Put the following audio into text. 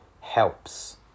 helps